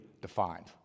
defined